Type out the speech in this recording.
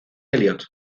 elliott